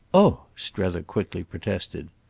oh! strether quickly protested.